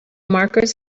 markers